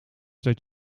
dat